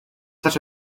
such